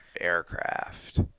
aircraft